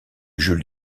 jules